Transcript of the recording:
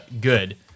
good